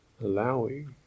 allowing